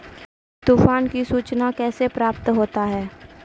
तुफान की सुचना कैसे प्राप्त होता हैं?